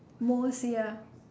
most ya